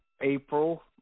April